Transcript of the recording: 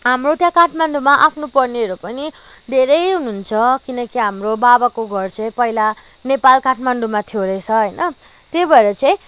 हाम्रो त्यहाँ काठमाडौँमा आफ्नो पर्नेहरू पनि धेरै हुनुहुन्छ किनकि हाम्रो बाबाको घर चाहिँ पहिला नेपाल काठमाडौँमा थियो रहेछ होइन त्यही भएर चाहिँ